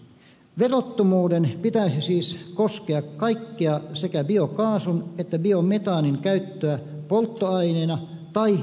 verottomuuden pitäisi siis koskea kaikkea sekä biokaasun että biometaanin käyttöä polttoaineena tai ajoneuvopolttoaineena